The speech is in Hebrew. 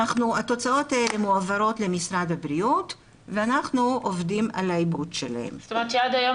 התוצאות האלה מועברות למשרד הבריאות ואנחנו עובדים על העיבוד שלהן.